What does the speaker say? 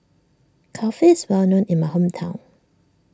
Kulfi is well known in my hometown